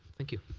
thank you.